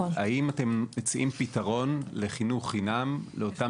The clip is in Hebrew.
האם אתם מציעים פתרון לחינוך חינם לאותם